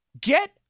Get